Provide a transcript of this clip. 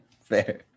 fair